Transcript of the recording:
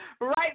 right